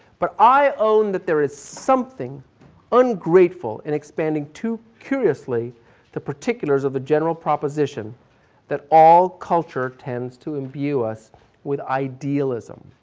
but i own that there is something ungrateful and expanding too curiously the particulars of the general proposition that all culture tend to imbue us with idealism.